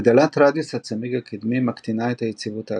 הגדלת רדיוס הצמיג הקדמי מקטינה את היציבות העצמית.